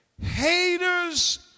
Haters